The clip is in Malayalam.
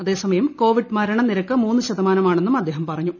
അതേസമയം കോവിഡ് മരണനിരക്ക് മൂന്ന് ശതമാനം ആണെന്നും അദ്ദേഹം പറഞ്ഞു